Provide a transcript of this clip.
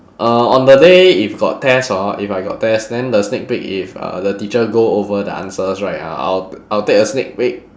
uh on the day if got test hor if I got test then the sneak peek if uh the teacher go over the answers right ah I'll I'll take a sneak peek